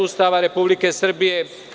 Ustava Republike Srbije?